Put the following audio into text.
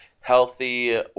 Healthy